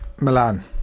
Milan